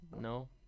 no